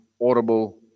Audible